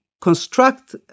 construct